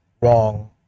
wrong